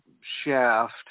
Shaft